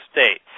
states